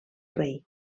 rei